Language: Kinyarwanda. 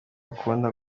akunda